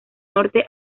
norte